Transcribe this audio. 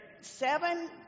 seven